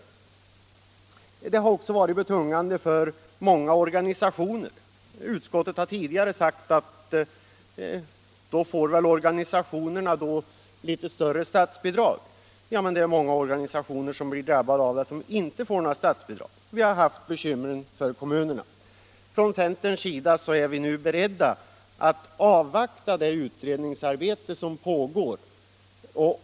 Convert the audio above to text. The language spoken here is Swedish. Avgifterna har också varit betungande för många organisationer. Utskottet har tidigare sagt att man då får ge organisationerna litet större statsbidrag. Ja, men det är många organisationer som blir drabbade men som inte får statsbidrag. Det har också varit bekymmer för kommunerna. Från centerns sida är vi beredda att avvakta det utredningsarbete som pågår.